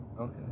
Okay